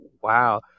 wow